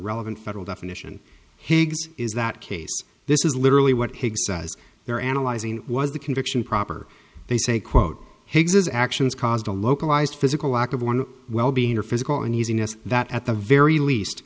relevant federal definition higgs is that case this is literally what hague says they're analyzing was the conviction proper they say quote higgs is actions caused a localized physical act of one well being or physical and using us that at the very least